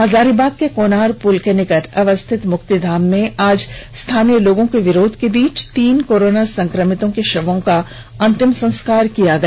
हजारीबाग के कोनार पुल के समीप अवस्थित मुक्तिधाम में आज स्थानीय लोगों के विरोध के बीच तीन कोरोना संक्रमितों के शवों का अंतिम संस्कार किया गया